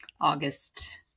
August